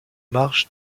marche